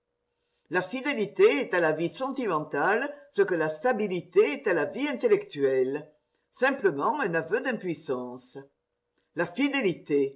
la fidélité est à la vie sentimentale ce que la stabilité est à la vie intellectuelle simplement un aveu d'impuissance la fidélité